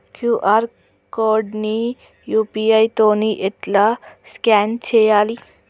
QR code ని UPI తోని ఎట్లా స్కాన్ చేయాలి?